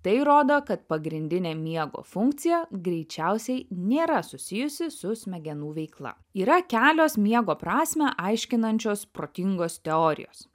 tai rodo kad pagrindinė miego funkcija greičiausiai nėra susijusi su smegenų veikla yra kelios miego prasmę aiškinančios protingos teorijos